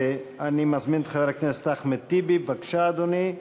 אני מזמין את חבר הכנסת אחמד טיבי, בבקשה, אדוני.